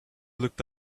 looked